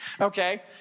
okay